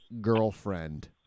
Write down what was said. Girlfriend